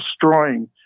destroying